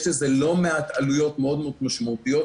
יש לזה לא מעט עלויות מאוד מאוד משמעותיות.